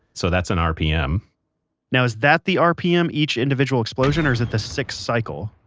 so that's an rpm now, is that the rpm, each individual explosion or is it the six cycle?